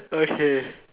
okay